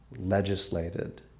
legislated